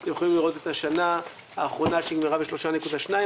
אתם יכולים לראות את השנה האחרונה שנגמרה ב-3.2%,